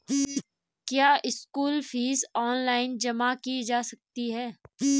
क्या school fees online जमा की जा सकती है?